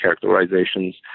characterizations